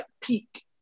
peak